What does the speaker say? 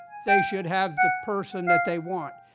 they should have the person that they want.